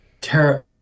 Terrible